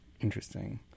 Interesting